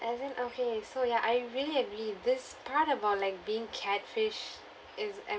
as in okay so ya I really agree this part of our like being catfish is I